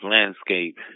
landscape